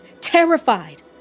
terrified